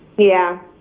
yeah